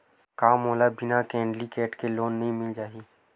का मोला बिना कौंटलीकेट के लोन मिल जाही?